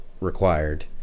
required